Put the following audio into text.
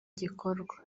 gikorwa